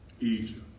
Egypt